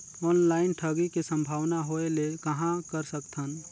Online ठगी के संभावना होय ले कहां कर सकथन?